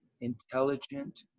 intelligent